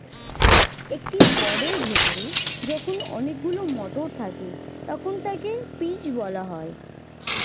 একটি পডের ভেতরে যখন অনেকগুলো মটর থাকে তখন তাকে পিজ বলা হয়